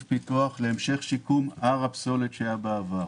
פיתוח להמשך שיקום הר הפסולת שהיה בעבר.